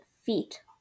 feet